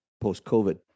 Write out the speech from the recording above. post-COVID